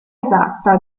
esatta